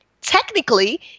technically